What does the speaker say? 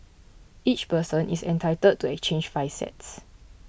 each person is entitled to exchange five sets